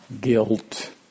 guilt